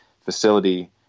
facility